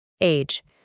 Age